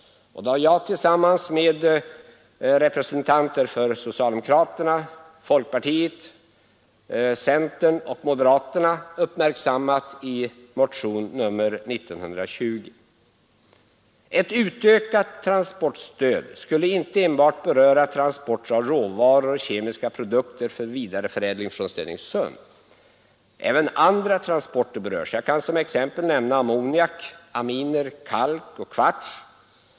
Detta har jag tillsammans med representanter för socialdemokraterna, folkpartiet, centern och moderaterna uppmärksammat i motionen 1920. Ett utökat transportstöd skulle inte enbart beröra transporter av råvaror och kemiska produkter för vidareförädling från Stenungsund. Även andra transporter berörs. Jag kan som exempel nämna ammoniak, aminer, kalk och kvarts.